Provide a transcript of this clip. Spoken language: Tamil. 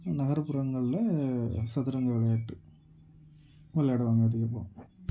நகர்புறங்களில் சதுரங்க விளையாட்டு விளையாடுவாங்க அதிகமாக